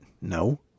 no